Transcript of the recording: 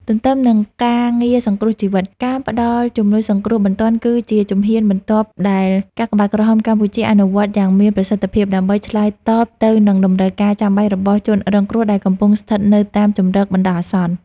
ទន្ទឹមនឹងការងារសង្គ្រោះជីវិត ការផ្ដល់ជំនួយសង្គ្រោះបន្ទាន់គឺជាជំហានបន្ទាប់ដែលកាកបាទក្រហមកម្ពុជាអនុវត្តយ៉ាងមានប្រសិទ្ធភាព ដើម្បីឆ្លើយតបទៅនឹងតម្រូវការចាំបាច់របស់ជនរងគ្រោះដែលកំពុងស្ថិតនៅតាមជម្រកបណ្ដោះអាសន្ន។